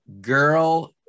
girl